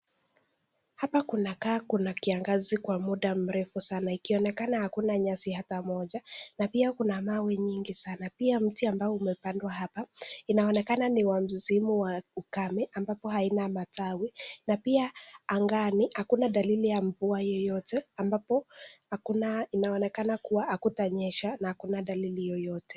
Hapa kunakaa kuna kiangazi Kwa muda mrefu sana ikionekana hakuna nyasi hata mmoja na pia Kuna mawe nyingi sana na pia miti ambayo imepandwa hapa inaonekana ni wa msimu wa ukame ambapo na pia angani hakuna dalili ya mvua yeyote ambapo inaonekana kuwa hakutanyesha na hakuna dalili yote.